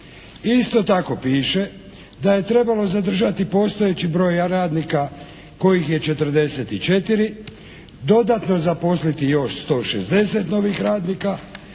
Isto tako piše da je trebalo zadržati postojeći broj radnika kojih je 44, dodatno zaposliti još 160 novih radnika,